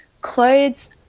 clothes